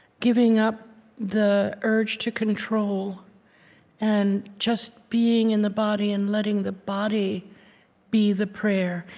giving up the urge to control and just being in the body and letting the body be the prayer.